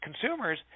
consumers